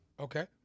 Okay